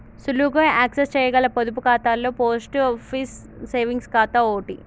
సులువుగా యాక్సెస్ చేయగల పొదుపు ఖాతాలలో పోస్ట్ ఆఫీస్ సేవింగ్స్ ఖాతా ఓటి